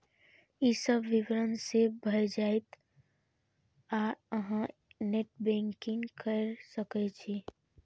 ई सब विवरण सेव भए जायत आ अहां नेट बैंकिंग कैर सकै छी